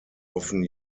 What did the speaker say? often